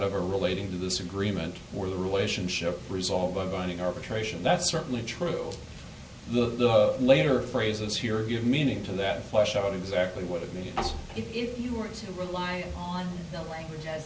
of a relating to this agreement or the relationship resolve a binding arbitration that's certainly true the later phrases here give meaning to that question what exactly would it mean if you were to rely on the language as